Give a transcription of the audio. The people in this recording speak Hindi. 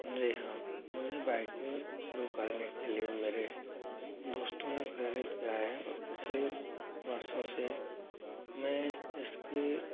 जी हाँ मुझे बाइकिंग शुरु करने के लिए मेरे दोस्तों ने प्रेरित किया है और पिछली वर्षों से मैं इसकी